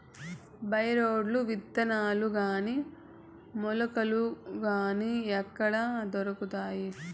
By రోడ్లు విత్తనాలు గాని మొలకలు గాని ఎక్కడ దొరుకుతాయి?